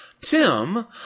Tim